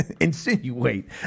insinuate